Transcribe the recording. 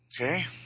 Okay